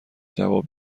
جواب